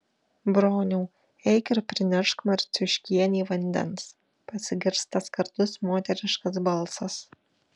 broniau eik ir prinešk marciuškienei vandens pasigirsta skardus moteriškas balsas